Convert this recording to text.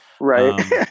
Right